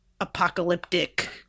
apocalyptic